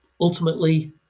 ultimately